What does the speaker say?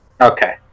Okay